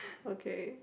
okay